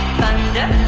thunder